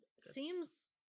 seems